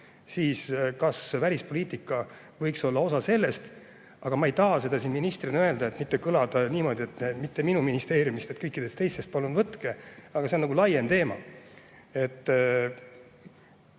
siis kas välispoliitika võiks olla osa sellest. Ma ei taha seda siin ministrina öelda, et mitte kõlada niimoodi: mitte minu ministeeriumist, vaid kõikidest teistest palun võtke. Aga see on laiem teema.